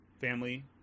family